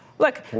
Look